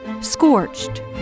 scorched